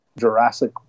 Jurassic